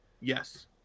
Yes